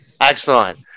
Excellent